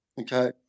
Okay